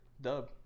dub